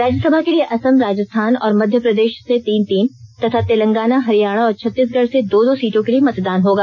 राज्यसभा के लिए असम राजस्थान और मध्य प्रदेश से तीन तीन तथा तेलंगाना हरियाणा और छत्तीसगढ से दो दो सीटों के लिए मतदान होगा